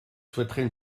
souhaiterais